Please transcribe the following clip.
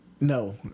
No